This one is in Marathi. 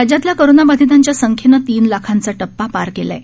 राज्यातल्या कोरोना बाधितांच्या संख्येनं तीन लाखांचा टप्पा पार केला आहे